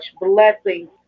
blessings